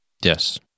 yes